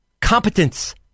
Competence